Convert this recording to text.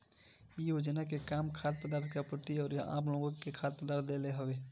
इ योजना के काम खाद्य पदार्थ के आपूर्ति अउरी आमलोग के खाद्य पदार्थ देहल हवे